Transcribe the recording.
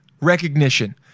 recognition